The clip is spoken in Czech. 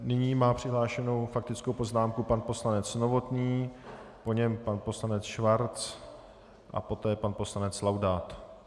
Nyní má přihlášenou faktickou poznámku pan poslanec Novotný, po něm pan poslanec Schwarz a poté pan poslanec Laudát.